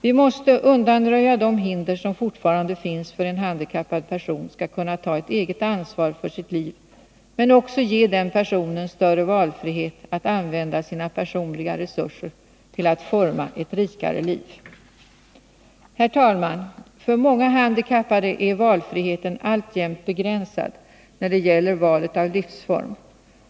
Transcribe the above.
Vi måste undanröja de hinder som fortfarande finns för att en handikappad person skall kunna ta ett eget ansvar för sitt liv men också ge den personen större valfrihet att använda sina personliga resurser till att forma ett rikare liv. Herr talman! För många handikappade är valfriheten alltjämt begränsad när det gäller valet av livsform.